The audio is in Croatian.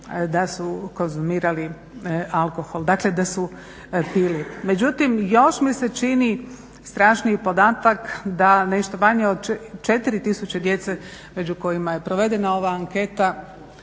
da su konzumirali alkohol, dakle da su pili. Međutim, još mi se čini strašniji podatak da nešto manje od 4000 djece među kojima je provedena ova anketa